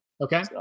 Okay